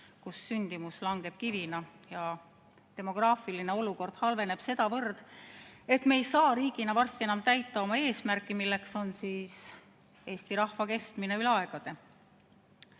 kus sündimus langeb kivina ja demograafiline olukord halveneb sedavõrd, et me ei saa riigina varsti enam täita oma eesmärki, milleks on eesti rahva kestmine üle aegade.